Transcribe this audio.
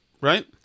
right